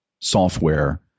software